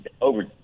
over